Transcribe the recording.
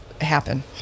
happen